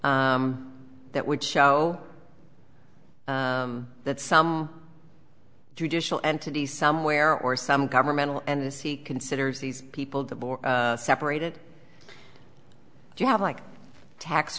that would show that some judicial entity somewhere or some governmental and as he considers these people the board separated do you have like tax